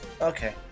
Okay